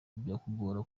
byakugora